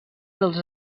dels